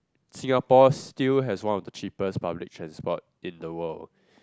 Singapore still has one of the cheapest public transport in the world